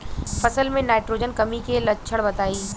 फसल में नाइट्रोजन कमी के लक्षण बताइ?